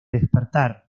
despertar